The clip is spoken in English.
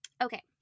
Okay